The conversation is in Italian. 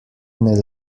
nel